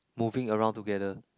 moving around together